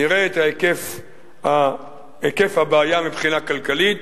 נראה את היקף הבעיה מבחינה כלכלית.